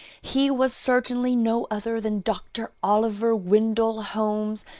he was certainly no other than dr. oliver wendell holmes,